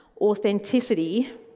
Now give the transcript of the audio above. authenticity